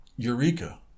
Eureka